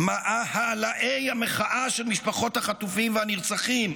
מאהלי המחאה של משפחות החטופים והנרצחים,